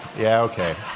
yeah, okay.